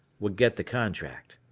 would get the contract.